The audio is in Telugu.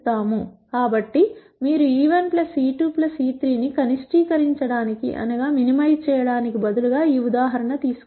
కాబట్టి మీరు e1 e2 e3 ని కనిష్టీకరించడానికి బదులుగా ఈ ఉదాహరణ తీసుకోండి